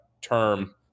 term